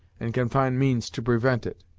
and can find means to prevent it.